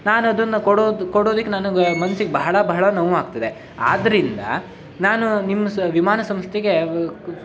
ನಾನು ಅದನ್ನ ಕೊಡೋದು ಕೊಡೋದಕ್ಕೆ ನನಗೆ ಮನ್ಸಿಗೆ ಬಹಳ ಬಹಳ ನೋವಾಗ್ತದೆ ಆದ್ದರಿಂದ ನಾನು ನಿಮ್ಮ ಸ್ ವಿಮಾನ ಸಂಸ್ಥೆಗೆ